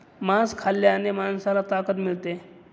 मांस खाल्ल्याने माणसाला ताकद मिळते